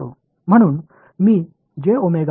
இது முதல் வெளிப்பாடு